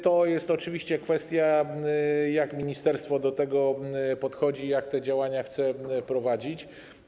To jest oczywiście kwestia, jak ministerstwo do tego podchodzi, jak te działania chce prowadzić.